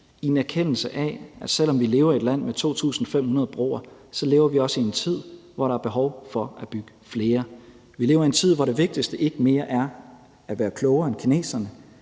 i erkendelse af at selv om vi lever i et land med 2.500 broer, lever vi også i en tid, hvor der er behov for at bygge flere. Vi lever i en tid, hvor det vigtigste ikke mere er at være klogere end kineserne;